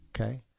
Okay